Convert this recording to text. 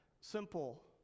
simple